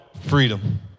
freedom